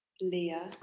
Leah